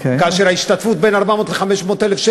בפני הכנסת מונח גם דוח של מבקר המדינה,